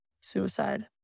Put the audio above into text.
suicide